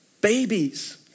Babies